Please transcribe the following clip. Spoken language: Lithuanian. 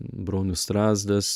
bronius strazdas